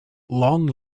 long